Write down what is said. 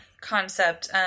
concept